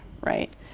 right